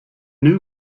new